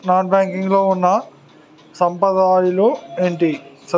Non banking లో ఉన్నా సదుపాయాలు ఎంటి?